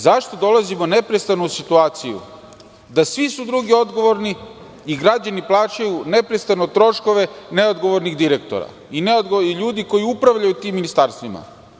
Zašto dolazimo neprestano u situaciju da su svi odgovorni i građani neprestano plaćaju troškove neodgovornih direktora i neodgovornih ljudi koji upravljaju tim ministarstvima?